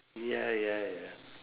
ya ya ya